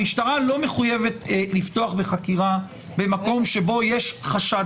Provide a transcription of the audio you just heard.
המשטרה לא מחויבת לפתוח בחקירה במקום שבו יש חשד